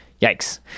Yikes